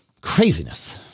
craziness